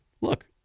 look